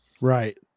Right